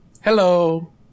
Hello